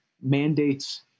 mandates